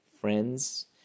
friends